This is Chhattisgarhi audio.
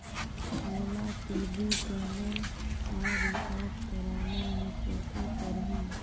मोला टी.वी चैनल मा रिचार्ज करना हे, कइसे करहुँ?